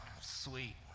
sweet